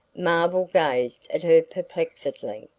marvell gazed at her perplexedly.